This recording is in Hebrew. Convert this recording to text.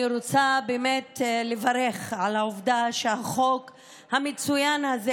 אני רוצה באמת לברך על העובדה שהחוק המצוין הזה